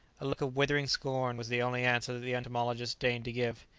a look of withering scorn was the only answer that the entomologist deigned to give.